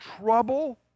trouble